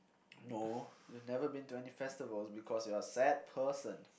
no you've never been to any festivals because you are a sad person